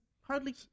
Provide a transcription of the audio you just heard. hardly